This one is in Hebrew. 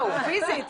פיזית.